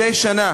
מדי שנה